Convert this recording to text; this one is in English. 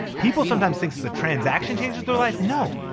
people sometimes think the transaction changes their life. no,